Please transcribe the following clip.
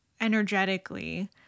energetically